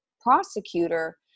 prosecutor